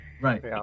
Right